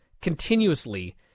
continuously